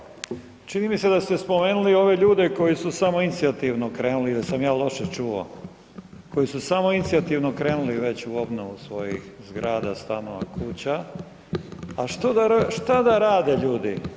Kolega Bauk, čini mi se da ste spomenuli ove ljude koji su samoinicijativno krenuli ili sam ja loše čuo koji su samoinicijativno krenuli već u obnovu svojih zgrada, stanova, kuća, a što da rade ljudi?